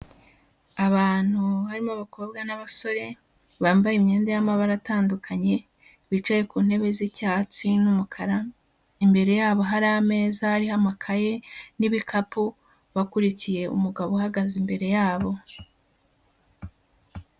Abantu harimo abakobwa n'abasore, bambaye imyenda y'amabara atandukanye, bicaye ku ntebe z'icyatsi n'umukara, imbere yabo hari ameza ariho amakaye n'ibikapu bakurikiye umugabo uhagaze imbere yabo.